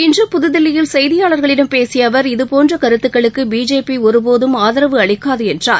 இன்று புதுதில்லியில் செய்தியாள்களிடம் பேசியஅவர் இதுபோன் கருத்துக்களுக்குபிஜேபிஒருபோதம் ஆதரவு அளிக்காதுஎன்றார்